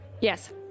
Yes